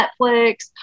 Netflix